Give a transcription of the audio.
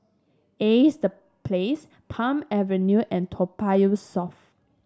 Ace The Place Palm Avenue and Toa Payoh South